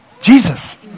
Jesus